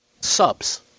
Subs